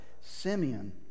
Simeon